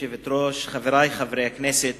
גברתי היושבת-ראש, חברי חברי הכנסת,